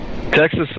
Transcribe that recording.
Texas